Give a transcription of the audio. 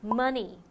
money